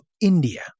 India